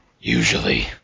Usually